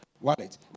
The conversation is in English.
wallet